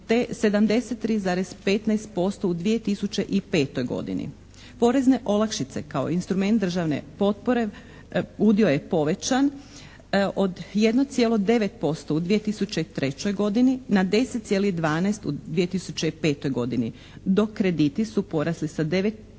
73,15% u 2005. godini. Porezne olakšice kao instrument državne potpore udio je povećan od 1,9% u 2003. godini na 10,12% u 2005. godini dok su krediti sa 19,2%